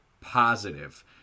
positive